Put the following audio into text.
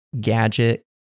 gadget